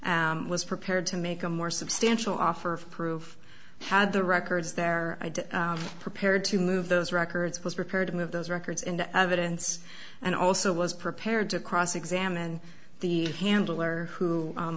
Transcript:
was prepared to make a more substantial offer of proof had the records there i'd prepared to move those records was prepared to move those records into evidence and also was prepared to cross examine the handler who